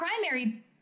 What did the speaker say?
primary